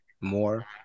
more